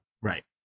Right